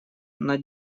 над